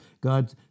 God